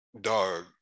dog